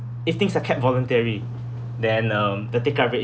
if things are kept voluntary then uh the take up rate